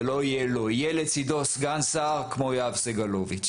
זה לא יהיה לו יהיה לצידו סגן שר כמו יואב סגלוביץ'.